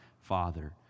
Father